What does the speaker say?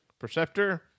Perceptor